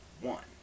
one